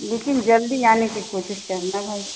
लेकिन जल्दी आने की कोशिश करना भाई